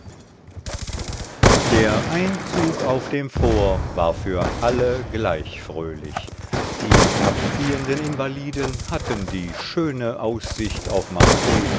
der einzug auf dem fort war für alle gleich fröhlich die abziehenden invaliden hatten die schöne aussicht auf marseille